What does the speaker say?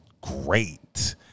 great